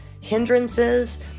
hindrances